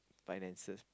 finances